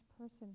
person